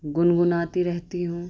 گنگناتی رہتی ہوں